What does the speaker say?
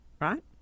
right